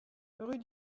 rue